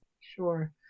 Sure